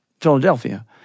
Philadelphia